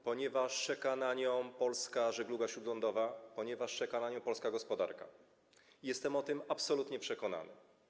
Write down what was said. Ponieważ czeka na nią polska żegluga śródlądowa, ponieważ czeka na nią polska gospodarka, jestem o tym absolutnie przekonany.